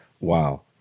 Wow